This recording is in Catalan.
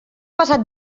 passat